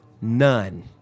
None